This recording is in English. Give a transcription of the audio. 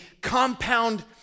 compound